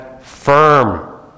firm